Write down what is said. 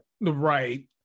Right